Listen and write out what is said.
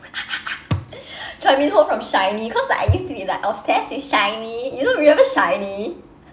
choi min ho from shinee cause like I used to be like obsessed with shinee you know remember shinee